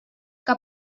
que